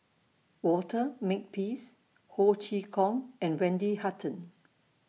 Walter Makepeace Ho Chee Kong and Wendy Hutton